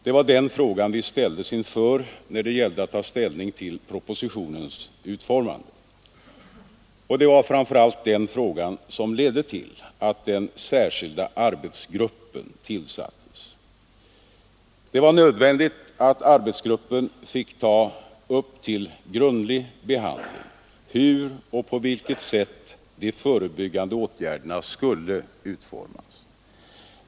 Det var den frågan vi ställdes inför när det gällde att ta ställning till propositionens utformande, och det var framför allt den frågan som ledde till att den särskilda arbetsgruppen tillsattes. Det var nödvändigt att arbetsgruppen fick ta upp till grundlig behandling hur och på vilket sätt de förebyggande åtgärderna skulle utformas.